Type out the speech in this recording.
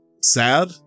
sad